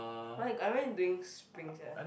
but I went during spring sia